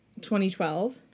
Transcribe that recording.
2012